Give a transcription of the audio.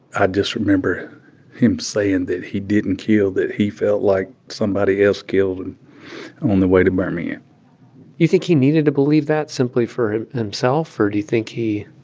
i just remember him saying that he didn't kill that he felt like somebody else killed him on the way to birmingham you think he needed to believe that simply for himself or do you think he.